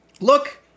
Look